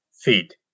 feet